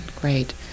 Great